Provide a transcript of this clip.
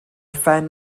phen